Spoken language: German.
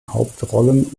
hauptrollen